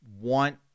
want